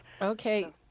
Okay